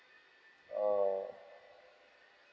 oh